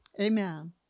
Amen